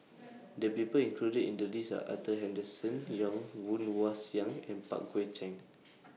The People included in The list Are Arthur Henderson Young Woon Wah Siang and Pang Guek Cheng